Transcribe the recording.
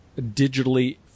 digitally